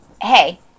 hey